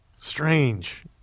strange